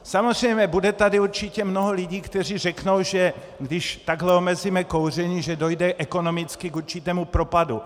Samozřejmě bude tady určitě mnoho lidí, kteří řeknou, že když takhle omezíme kouření, dojde ekonomicky k určitému propadu.